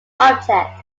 object